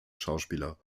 schauspieler